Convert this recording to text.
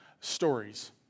stories